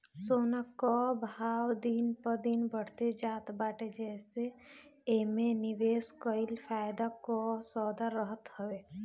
सोना कअ भाव दिन प दिन बढ़ते जात बाटे जेसे एमे निवेश कईल फायदा कअ सौदा रहत हवे